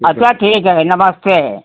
अच्छा ठीक है नमस्ते